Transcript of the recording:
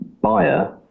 buyer